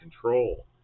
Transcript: control